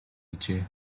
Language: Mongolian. гэжээ